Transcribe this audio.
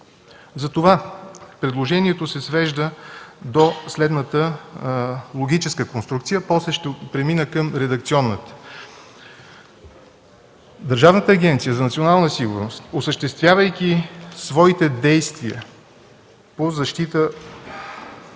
Затова предложението се свежда до следната логическа конструкция, а след това ще премина към редакционната: – Държавната агенция „Национална сигурност”, осъществявайки своите действия по защита